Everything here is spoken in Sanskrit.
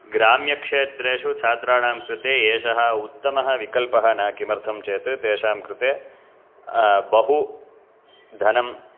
ग्राम्यक्षेत्रेषु छात्राणां कृते एषः उत्तमः विकल्पः न किमर्थं चेत् तेषां कृते बहु धनं